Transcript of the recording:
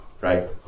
right